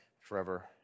forever